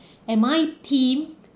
and my team